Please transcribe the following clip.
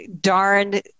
darn